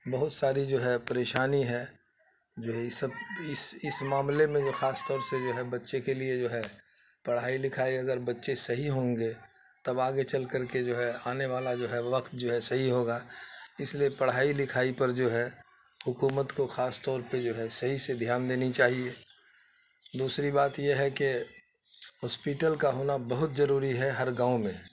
بہت ساری جو ہے پریشانی ہے جو ہے ای سب اس اس معاملے میں جو خاص طور سے جو ہے بچے کے لیے جو ہے پڑھائی لکھائی اگر بچے صحیح ہوں گے تب آگے چل کر کے جو ہے آنے والا جو ہے وقت جو ہے صحیح ہوگا اس لیے پڑھائی لکھائی پر جو ہے حکومت کو خاص طور پہ جو ہے صحیح سے دھیان دینی چاہیے دوسری بات یہ ہے کہ ہاسپیٹل کا ہونا بہت ضروری ہے ہر گاؤں میں